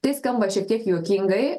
tai skamba šiek tiek juokingai